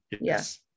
Yes